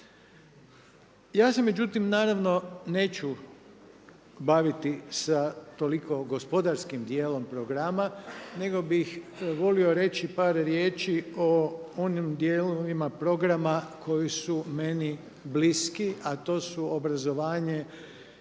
Ja se međutim naravno neću baviti sa toliko gospodarskim dijelom programa nego bih volio reći par riječi o onim dijelovima programa koji su meni bliski, a to su obrazovanje,